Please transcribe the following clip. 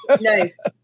nice